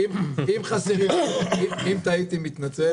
אם טעיתי, מתנצל.